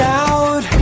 out